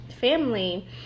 family